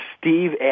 Steve